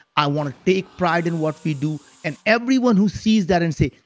i want to take pride in what we do and everyone who sees that and say,